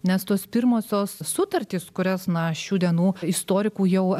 nes tos pirmosios sutartys kurias na šių dienų istorikų jau